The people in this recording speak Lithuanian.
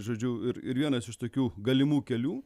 žodžiu ir ir vienas iš tokių galimų kelių